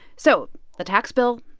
so the tax bill,